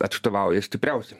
atstovauja stipriausi